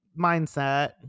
mindset